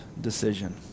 decision